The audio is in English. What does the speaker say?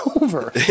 over